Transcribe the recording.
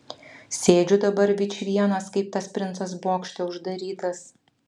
sėdžiu dabar vičvienas kaip tas princas bokšte uždarytas